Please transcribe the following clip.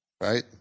right